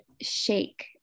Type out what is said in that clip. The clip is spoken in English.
shake